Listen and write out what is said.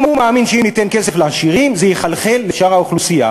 הוא מאמין שאם ניתן כסף לעשירים זה יחלחל לשאר האוכלוסייה.